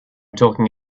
talking